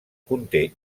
conté